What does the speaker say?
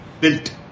built